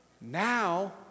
Now